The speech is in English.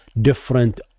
different